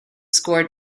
scored